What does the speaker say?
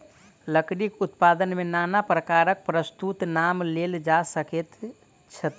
लकड़ीक उत्पाद मे नाना प्रकारक वस्तुक नाम लेल जा सकैत अछि